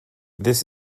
this